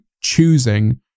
choosing